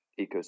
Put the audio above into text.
ecosystem